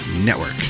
Network